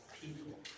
people